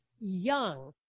young